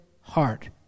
heart